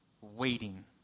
waiting